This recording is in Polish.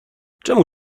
czemu